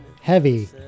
heavy